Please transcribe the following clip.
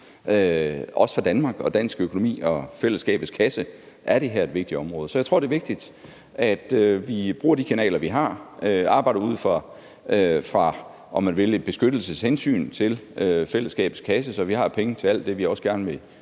Også for Danmark og dansk økonomi og fællesskabets kasse er det her et vigtigt område. Så jeg tror, det er vigtigt, at vi bruger de kanaler, vi har, og arbejder ud fra, om man vil, et beskyttelseshensyn til fællesskabets kasse, så vi har penge til alt det, vi også gerne vil